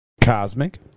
cosmic